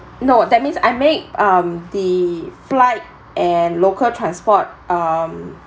no that means I make um the flight and local transport um